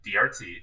DRT